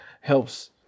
helps